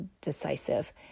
decisive